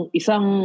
isang